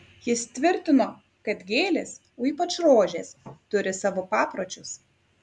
jis tvirtino kad gėlės o ypač rožės turi savo papročius